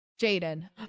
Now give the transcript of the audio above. Jaden